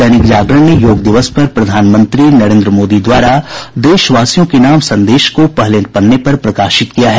दैनिक जागरण ने योग दिवस पर प्रधानमंत्री नरेंद्र मोदी द्वारा देशवासियों के नाम संदेश को पहले पन्ने पर प्रकाशित किया है